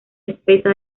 espesa